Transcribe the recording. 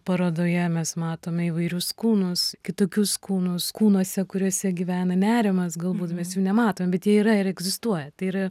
parodoje mes matome įvairius kūnus kitokius kūnus kūnuose kuriuose gyvena nerimas galbūt mes jų nematom bet jie yra ir egzistuoja tai yra